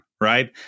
right